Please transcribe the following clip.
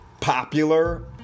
popular